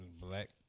Black